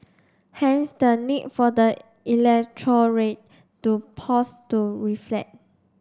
hence the need for the electorate to pause to reflect